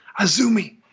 Azumi